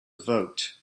vote